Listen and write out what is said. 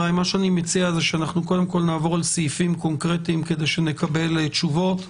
אני מציע שקודם נעבור על סעיפים קונקרטיים כדי שנקבל תשובות,